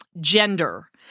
Gender